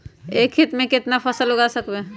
एक खेत मे केतना फसल उगाय सकबै?